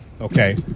Okay